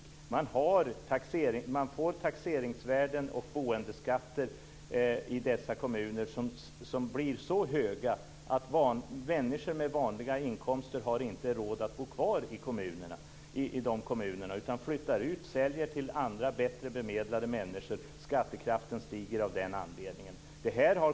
I de kommunerna har man taxeringsvärden och boendeskatter som blir så höga att människor med vanliga inkomster inte har råd att bo kvar i kommunerna. Man flyttar ut och säljer till andra bättre bemedlade människor. Skattekraften stiger av den anledningen.